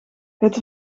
het